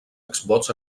exvots